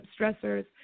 stressors